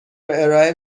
ارائه